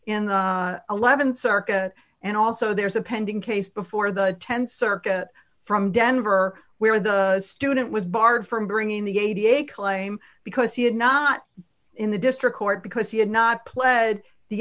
th circuit and also there's a pending case before the th circuit from denver where the student was barred from bringing the a da claim because he had not in the district court because he had not pled the